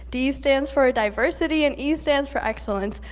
d stands for ah diversity, and e stands for excellence.